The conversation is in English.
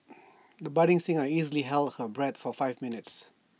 the budding singer easily held her breath for five minutes